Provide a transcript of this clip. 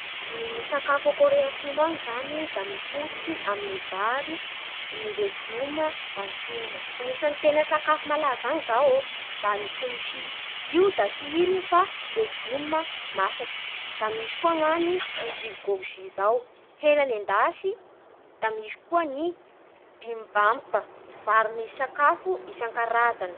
Ny sakafo a Kore Atsimo any zany mifototsy amin'ny vary, ny legima, da ny hena Ny isany tena sakafo malaza any zao da ny Kimchi, io da tsy ino legima masaky Da misy koa ny any ny bulgogi zao, hena nendasy, da misy koa ny bimbibap, vary misy sakafo isan-karazany